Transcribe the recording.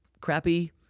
Crappy